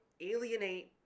alienate